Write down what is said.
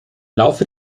laufe